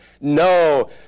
No